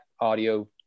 audio